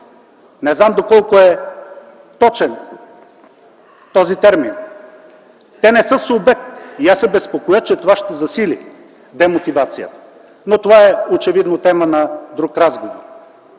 Не знам до колко е точен този термин. Те не са субект и аз се безпокоя, че това ще засили демотивацията, но това е очевидно тема на друг разговор.